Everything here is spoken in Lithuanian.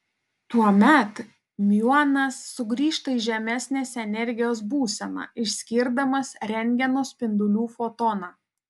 tuomet miuonas sugrįžta į žemesnės energijos būseną išskirdamas rentgeno spindulių fotoną